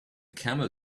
camel